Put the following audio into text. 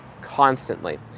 constantly